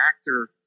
actor